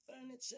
furniture